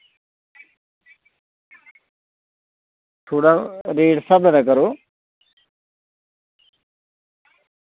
थोह्ड़ा रेट स्हाबे दा करो